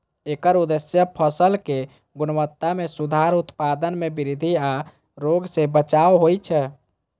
एकर उद्देश्य फसलक गुणवत्ता मे सुधार, उत्पादन मे वृद्धि आ रोग सं बचाव होइ छै